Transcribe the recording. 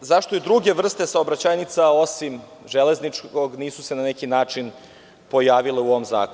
zašto se i druge vrste saobraćajnica, osim železničkog, na neki način nisu pojavile u ovom zakonu?